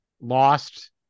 lost